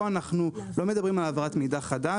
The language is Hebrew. פה אנחנו לא מדברים על העברת מידע חדש,